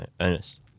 Ernest